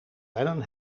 lennon